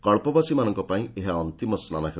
କଳ୍ପବାସୀମାନଙ୍କ ପାଇଁ ଏହା ଅନ୍ତିମ ସ୍ନାନ ହେବ